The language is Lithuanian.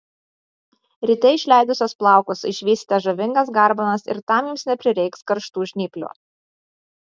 ryte išleidusios plaukus išvysite žavingas garbanas ir tam jums neprireiks karštų žnyplių